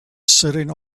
sitting